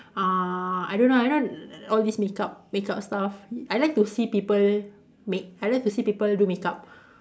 uh I don't know I know all this makeup makeup stuff I like to see people make I like to see people do makeup